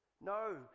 No